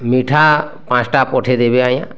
ମିଠା ପାଞ୍ଚଟା ପଠେଇ ଦେବେ ଆଜ୍ଞା